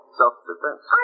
self-defense